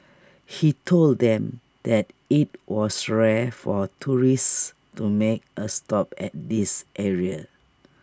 he told them that IT was rare for tourists to make A stop at this area